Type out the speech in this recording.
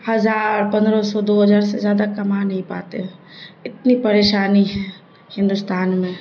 ہزار پندرہ سو دو ہزار سے زیادہ کما نہیں پاتے اتنی پریشانی ہے ہندوستان میں